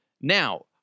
Now